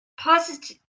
positive